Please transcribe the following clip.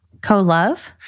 Co-love